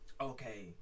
okay